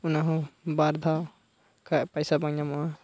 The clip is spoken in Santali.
ᱚᱱᱟ ᱦᱚᱸ ᱵᱟᱨ ᱫᱷᱟᱣ ᱵᱟᱠᱷᱟᱱ ᱯᱚᱭᱥᱟ ᱵᱟᱝ ᱧᱟᱢᱚᱜᱼᱟ